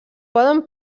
poden